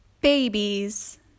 Babies